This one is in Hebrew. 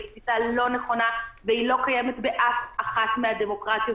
היא תפיסה לא נכונה והיא לא קיימת באף אחת מהדמוקרטיות